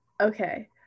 Okay